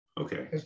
Okay